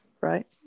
right